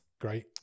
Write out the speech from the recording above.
Great